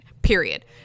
Period